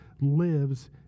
lives